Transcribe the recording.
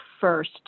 first